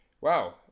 Wow